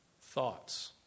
thoughts